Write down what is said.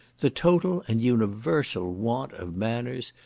the total and universal want of manners,